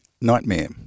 nightmare